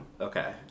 Okay